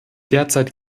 derzeit